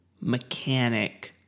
mechanic